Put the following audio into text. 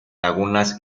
lagunas